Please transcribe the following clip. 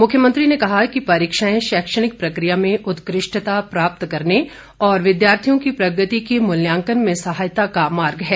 मुख्यमंत्री ने कहा कि परीक्षाएं रौक्षणिक प्रक्रिया में उत्कृष्टता प्राप्त करने और विद्यार्थियों की प्रगति के मुल्यांकन में सहायता का मार्ग है